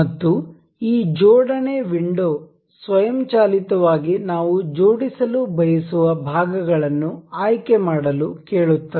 ಮತ್ತು ಈ ಜೋಡಣೆ ವಿಂಡೋ ಸ್ವಯಂಚಾಲಿತವಾಗಿ ನಾವು ಜೋಡಿಸಲು ಬಯಸುವ ಭಾಗಗಳನ್ನು ಆಯ್ಕೆ ಮಾಡಲು ಕೇಳುತ್ತದೆ